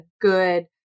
good